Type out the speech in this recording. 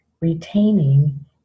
retaining